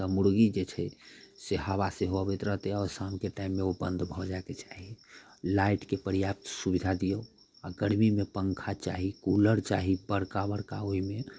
तऽ मुर्गीके छै से हवासँ सेहो अबैत रहतै आओर ओ शामके टाइममे ओ बन्द सेहो भऽ जाइके चाही लाइटके पर्याप्त सुविधा दियौ आओर गरमीमे पङ्खा चाही कूलर चाही बड़का बड़का ओइमे